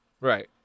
Right